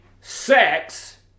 sex